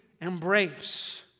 embrace